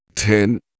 Ten